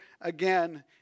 again